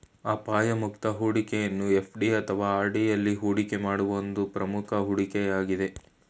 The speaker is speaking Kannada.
ಅಪಾಯ ಮುಕ್ತ ಹೂಡಿಕೆಯನ್ನು ಎಫ್.ಡಿ ಅಥವಾ ಆರ್.ಡಿ ಎಲ್ಲಿ ಹೂಡಿಕೆ ಮಾಡುವ ಒಂದು ಪ್ರಮುಖ ಹೂಡಿಕೆ ಯಾಗಿದೆ